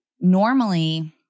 Normally